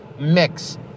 mix